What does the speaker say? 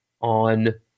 on